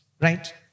right